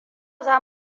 za